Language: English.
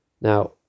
Now